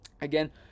Again